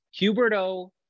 Huberto